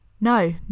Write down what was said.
No